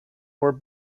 were